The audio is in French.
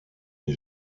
des